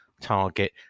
target